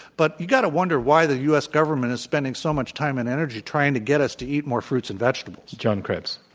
but you got to wonder why the u. s. gover nment is spending so much time and energy trying to get us to eat more fruits and vege tables. john krebs.